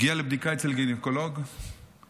הגיעה לבדיקה אצל גינקולוג בפוריה,